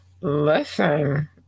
Listen